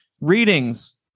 readings